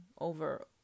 over